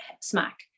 smack